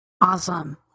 Awesome